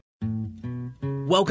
Welcome